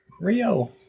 Rio